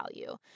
value